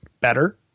better